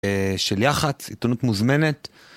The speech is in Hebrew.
של יח"צ, עיתונות מוזמנת.